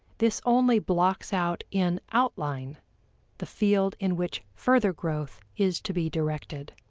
this only blocks out in outline the field in which further growth is to be directed.